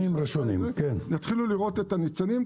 יתחילו לראות את הניצנים.